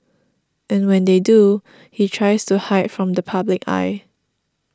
and when they do he tries to hide from the public eye